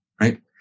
right